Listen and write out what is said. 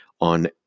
on